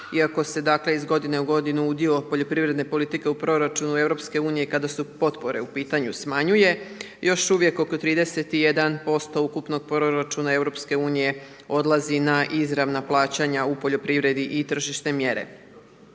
iako se dakle iz godine u godinu udio poljoprivredne politike u proračunu EU kada su potpore u pitanju smanjuje još uvijek oko 31% ukupnog proračuna EU odlazi na izravna plaćanja u poljoprivredi i tržišne mjere.